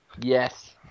Yes